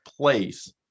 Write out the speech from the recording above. place